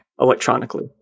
electronically